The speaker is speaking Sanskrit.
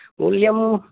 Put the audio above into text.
मूल्यं